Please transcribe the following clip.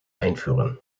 einführen